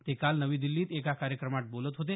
ते काल नवी दिल्लीत एका कार्यक्रमात बोलत होते